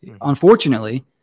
unfortunately